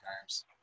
times